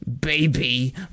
baby